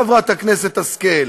חברת הכנסת השכל,